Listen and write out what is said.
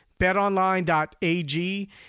betonline.ag